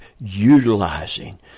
utilizing